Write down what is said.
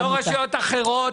לא רשויות אחרות.